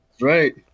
right